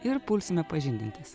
ir pulsime pažindintis